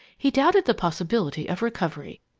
he doubted the possibility of recovery.